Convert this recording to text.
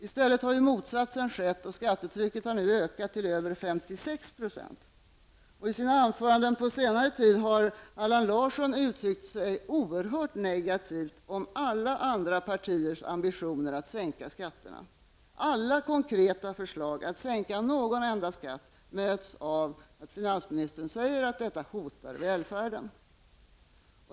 I stället har motsatsen skett -- skattetrycket har nu ökat till över 56 %. I sina anföranden på senare tid har Allan Larsson uttryckt sig oerhört negativt om alla andra partiers ambitioner att sänka skatterna. Alla konkreta förslag att sänka någon enda skatt bemöts av finansministern med att detta hotar välfärden.